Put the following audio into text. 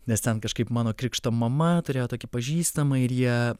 nes ten kažkaip mano krikšto mama turėjo tokį pažįstamą ir jie